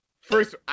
First